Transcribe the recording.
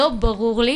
לא ברור לי